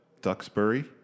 Duxbury